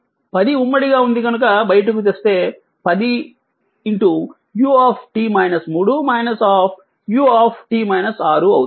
10 ఉమ్మడిగా ఉంది కనుక బయటకు తెస్తే 10 u u అవుతుంది